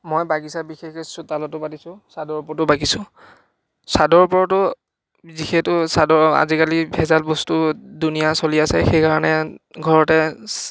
মই বাগিচা বিশেষকৈ চোতালতো পাতিছোঁ চাদৰ ওপৰতো বাগিছোঁ চাদৰ ওপৰতো যিহেতু ছাদৰ আজিকালি ভেজাল বস্তু দুনিয়া চলি আছে সেইকাৰণে ঘৰতে